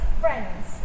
friends